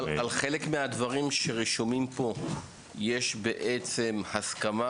על חלק מהדברים שרשומים פה יש בעצם הסכמה